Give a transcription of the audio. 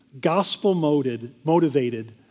Gospel-motivated